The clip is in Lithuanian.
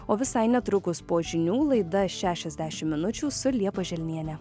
o visai netrukus po žinių laida šešiasdešim minučių su liepa želniene